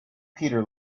peter